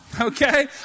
okay